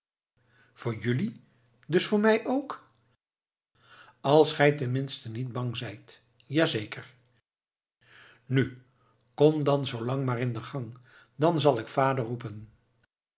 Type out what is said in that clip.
voor jelui dus voor mij ook als gij ten minste niet bang zijt ja zeker nu kom dan zoolang maar in de gang dan zal ik vader roepen